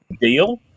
deal